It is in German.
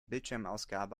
bildschirmausgabe